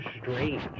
strange